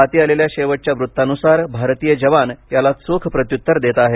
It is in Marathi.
हाती आलेल्या शेवटच्या वृत्तानुसार भारतीय जवान याला चोख प्रत्युत्तर देत आहेत